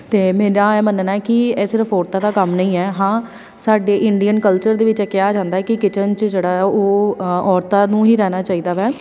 ਅਤੇ ਮੇਰਾ ਇਹ ਮੰਨਣਾ ਹੈ ਕਿ ਇਹ ਸਿਰਫ ਔਰਤਾਂ ਦਾ ਕੰਮ ਨਹੀਂ ਹੈ ਹਾਂ ਸਾਡੇ ਇੰਡੀਅਨ ਕਲਚਰ ਦੇ ਵਿੱਚ ਇਹ ਕਿਹਾ ਜਾਂਦਾ ਹੈ ਕਿ ਕਿਚਨ 'ਚ ਜਿਹੜਾ ਹੈ ਉਹ ਔਰਤਾਂ ਨੂੰ ਹੀ ਰਹਿਣਾ ਚਾਹੀਦਾ ਵੈ